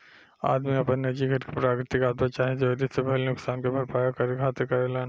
आदमी आपन निजी घर के प्राकृतिक आपदा चाहे चोरी से भईल नुकसान के भरपाया करे खातिर करेलेन